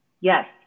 Yes